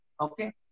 okay